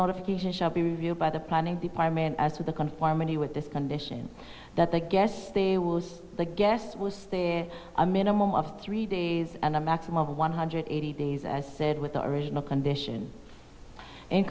notification shall be reviewed by the planning department as to the conformity with this condition that the guests they will lose the guest list there a minimum of three days and a maximum of one hundred eighty days as said with the original condition in